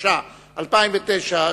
התש"ע 2009,